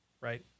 right